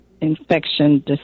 infection